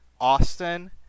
Austin